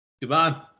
Goodbye